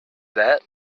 that